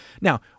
Now